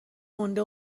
مونده